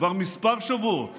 כבר כמה שבועות